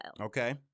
Okay